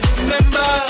remember